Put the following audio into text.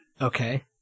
Okay